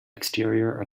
exterior